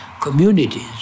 communities